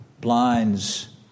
blinds